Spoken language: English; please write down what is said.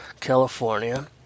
California